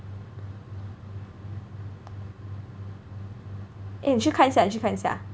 eh 你去看一下你去看一下